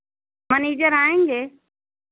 manager आएँगे